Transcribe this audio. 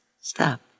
Stop